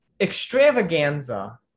extravaganza